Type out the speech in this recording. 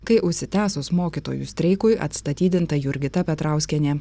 kai užsitęsus mokytojų streikui atstatydinta jurgita petrauskienė